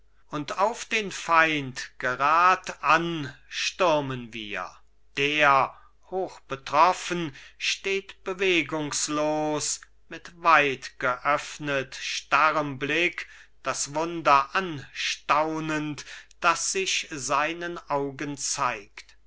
und auf den feind gerad an stürmen wir der hochbetroffen steht bewegungslos mit weitgeöffnet starrem blick das wunder anstaunend das sich seinen augen zeigt